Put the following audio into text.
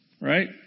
Right